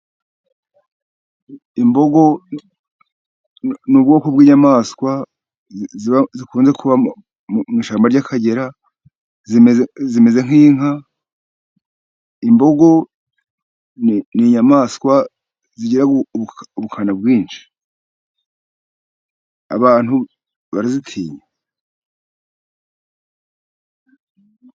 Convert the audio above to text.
Imbogo ni ubwoko bw'inyamaswa zikunze kuba mu ishyamba ry'akagera, zimeze nk'inka; imbogo ni inyamaswa zigira ubukana bwinshi abantu barazitinya.